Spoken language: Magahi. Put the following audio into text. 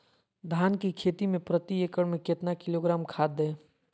धान की खेती में प्रति एकड़ में कितना किलोग्राम खाद दे?